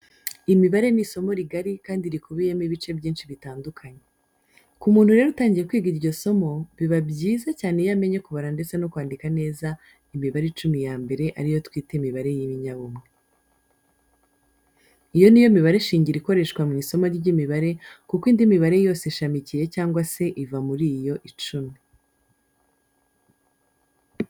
Imibare ni isomo rigari kandi rikubiyemo ibice byinshi bitandukanye. Ku muntu rero utangiye kwiga iryo somo, biba byiza cyane iyo amenye kubara ndetse no kwandika neza imibare icumi ya mbere ari yo twita imibare y'ibinyabumwe. Iyo niyo mibare shingiro ikoreshwa mu isomo ry'imibare kuko indi mibare yose ishamikiye cyangwa se iva muri yo icumi.